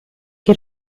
che